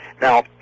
Now